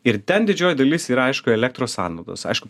ir ten didžioji dalis yra aišku elektros sąnaudos aišku